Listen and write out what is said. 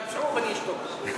תבצעו ואני אשתוק.